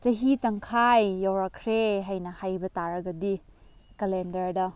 ꯆꯍꯤ ꯇꯪꯈꯥꯏ ꯌꯧꯔꯛꯈ꯭ꯔꯦ ꯍꯥꯏꯅ ꯍꯥꯏꯕ ꯇꯥꯔꯒꯗꯤ ꯀꯂꯦꯟꯗꯔꯗ